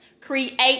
create